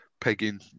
pegging